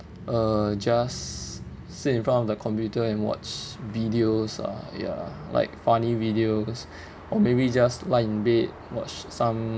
uh just sit in front of the computer and watch videos uh ya like funny videos or maybe just lie in bed watch some